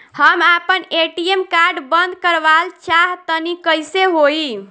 हम आपन ATM card बंद करावल चाह तनि कइसे होई?